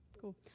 Cool